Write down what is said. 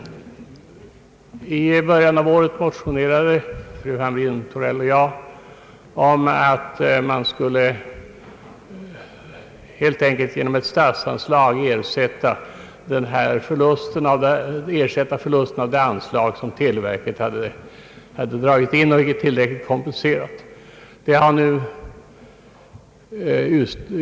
I början av året motionerade fru Hamrin-Thorell och jag om att förlusten av det anslag som televerket dragit in och inte tillräckligt kompenserat skulle ersättas genom ett statsanslag.